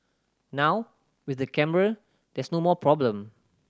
now with the camera there's no more problem